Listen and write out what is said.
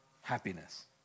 happiness